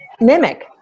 mimic